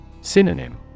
Synonym